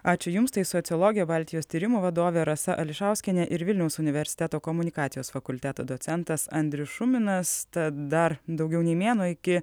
ačiū jums tai sociologė baltijos tyrimų vadovė rasa ališauskienė ir vilniaus universiteto komunikacijos fakulteto docentas andrius šuminas tad dar daugiau nei mėnuo iki